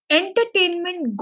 entertainment